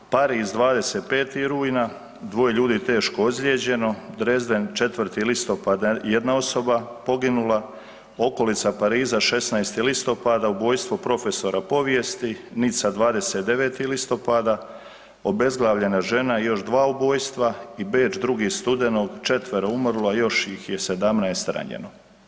Pariz 25. rujna, 2 ljudi teško ozlijeđeno, Dresden 4. listopada 1 osoba poginula, okolica Pariza 16. listopada, ubojstvo profesora povijesti, Nica 29. listopada, obezglavljena žena i još 2 ubojstva i Beč, 2. studenog 4 umrlo, još ih je 17 ranjeno.